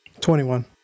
21